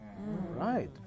Right